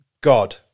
God